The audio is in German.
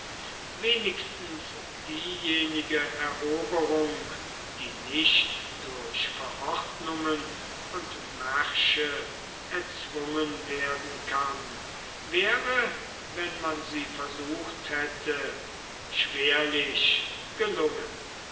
wenigstens diejenige eroberung die nicht durch verordnungen und märsche erzwungen werden kann wäre wenn man sie versucht hätte schwerlich gelungen